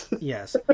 Yes